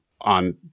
on